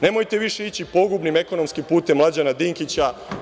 Nemojte više ići pogubnim ekonomskim putem Mlađana Dinkića.